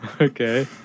Okay